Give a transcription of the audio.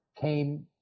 came